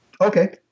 Okay